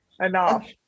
Enough